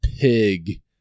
pig